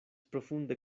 profunde